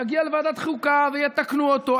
יגיעו לוועדת החוקה ויתקנו אותו,